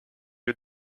you